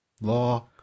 law